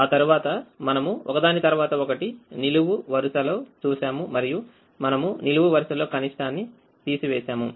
ఆ తర్వాత మనము ఒకదాని తర్వాత ఒకటి నిలువు వరుసలో చూసాము మరియుమనము నిలువు వరుసలోకనిష్టాన్ని తీసివేసాము